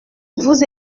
vous